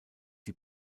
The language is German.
die